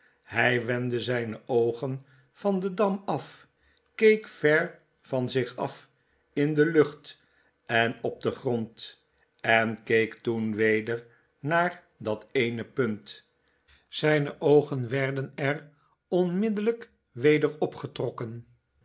hij wendde zyne oogen van den dam af keek ver van zich af in de lucht en op den grond en keek toen weder naar dat eene punt zyne oogen werden er onmiddellyk weder op